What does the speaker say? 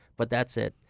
but that's it.